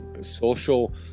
social